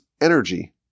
energy